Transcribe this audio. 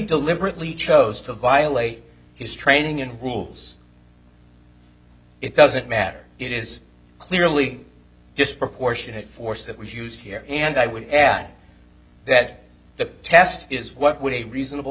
deliberately chose to violate his training and rules it doesn't matter it is clearly disproportionate force that was used here and i would add that the test is what would a reasonable